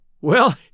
Well